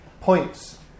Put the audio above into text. points